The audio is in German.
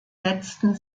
letzten